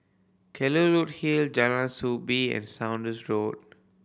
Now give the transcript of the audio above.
Kelulut Hill Jalan Soo Bee and Saunders Road